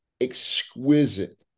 exquisite